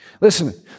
Listen